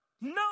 No